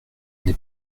n’ai